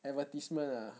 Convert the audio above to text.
advertisement lah